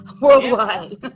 worldwide